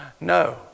no